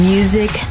Music